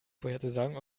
vorherzusagen